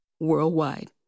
worldwide